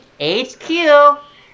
HQ